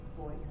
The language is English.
voice